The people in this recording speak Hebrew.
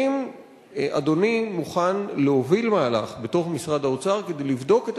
האם אדוני מוכן להוביל מהלך בתוך משרד האוצר כדי לבדוק את